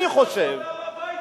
אני חושב, שלח אותם הביתה.